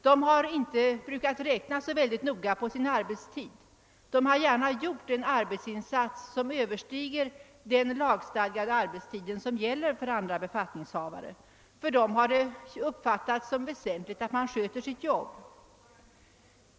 De har inte brukat räkna så noga med sin arbetstid och har gärna gjort en arbetsinsats som överstiger den lagstadgade arbetstid som gäller för andra arbetstagare. För dem har det i stället uppfattats som väsentligt att sköta sitt jobb.